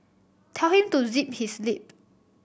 tell him to zip his lip